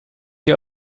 you